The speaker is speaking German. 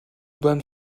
bahn